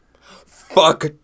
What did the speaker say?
Fuck